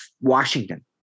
Washington